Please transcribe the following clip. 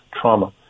trauma